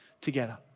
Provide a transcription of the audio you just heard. together